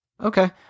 Okay